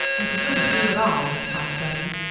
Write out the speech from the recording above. it wouldn't do at all, replied bettie.